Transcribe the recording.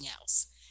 else